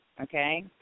okay